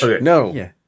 No